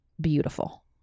beautiful